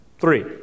three